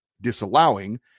disallowing